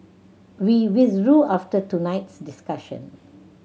we withdrew after tonight's discussion